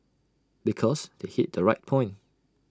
because they hit the right point